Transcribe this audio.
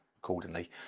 accordingly